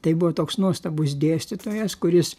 tai buvo toks nuostabus dėstytojas kuris